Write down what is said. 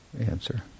answer